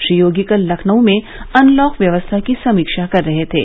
श्री योगी कल लखनऊ में अनलॉक व्यवस्था की समीक्षा कर रहे थे